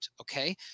okay